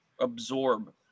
absorb